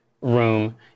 room